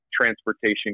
transportation